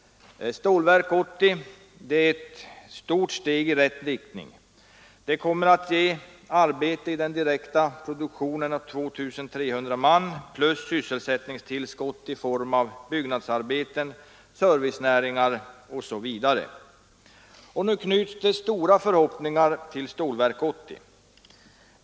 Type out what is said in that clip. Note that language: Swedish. Stålverk 80 är ett steg i rätt riktning. Det kommer att ge arbete i produktionen åt 2300 man plus sysselsättningstillskott i form av byggnadsarbeten, servicejobb osv. Det knyts nu stora förhoppningar till Stålverk 80.